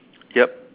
yup